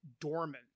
dormant